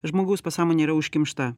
žmogaus pasąmonė yra užkimšta